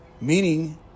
Meaning